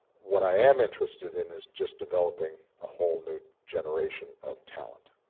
what i am interested in is just developing a whole new generation of talent.